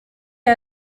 est